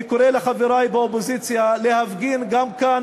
אני קורא לחברי באופוזיציה להפגין גם כאן